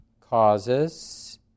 causes